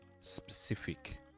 Specific